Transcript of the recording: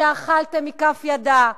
שאכלתם מכף ידה.